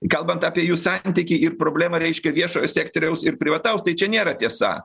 kalbant apie jų santykį ir problemą reiškia viešojo sektoriaus ir privataus tai čia nėra tiesa